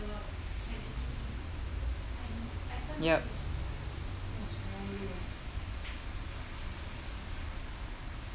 yup